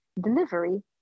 delivery